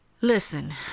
Listen